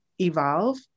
evolve